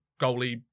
goalie